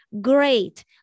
great